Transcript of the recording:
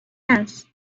هست